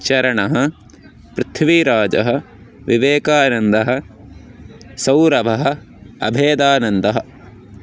चरणः पृथ्वीराजः विवेकानन्दः सौरभः अभेदानन्दः